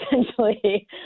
essentially